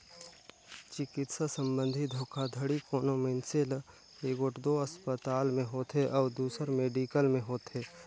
चिकित्सा संबंधी धोखाघड़ी कोनो मइनसे ल एगोट दो असपताल में होथे अउ दूसर मेडिकल में होथे